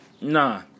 Nah